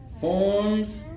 forms